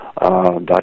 dot